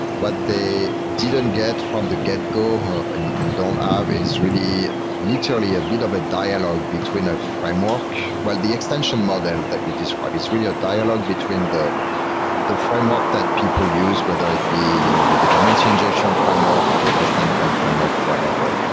what they didn't get from the get go and and don't ah have is really literally a bit of a dialogue between a framework. well, the extension model that we described is really a dialogue between the the framework that people use, whether it'd be you know the dependency injection framework or the rest end point framework or whatever,